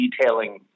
detailing